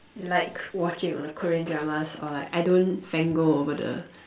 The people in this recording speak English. like watching all the Korean Dramas or like I don't fangirl over the